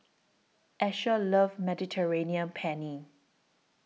Asher loves Mediterranean Penne